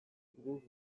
guk